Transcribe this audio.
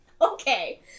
Okay